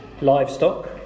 livestock